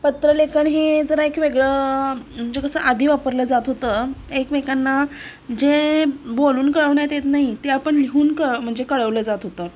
पत्रलेखन हे जरा एक वेगळं म्हणजे कसं आधी वापरलं जात होतं एकमेकांना जे बोलून कळवण्यात येत नाही ते आपण लिहून क म्हणजे कळवलं जात होतं